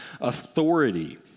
authority